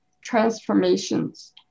Transformations